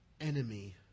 enemy